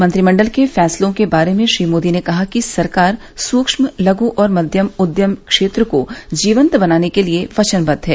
मंत्रिमंडल के फैसलों के बारे में श्री मोदी ने कहा है कि सरकार सूक्ष्म लघु और मध्यम उद्यम क्षेत्र को जीवंत बनाने के लिए वचनबद्व है